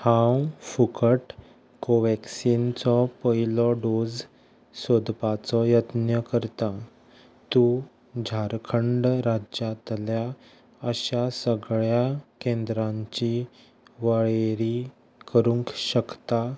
हांव फुकट कोव्हॅक्सिनाचो पयलो डोस सोदपाचो यत्न्य करतां तूं झारखंड राज्यांतल्या अशा सगळ्या केंद्रांची वळेरी करूंक शकता